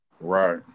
right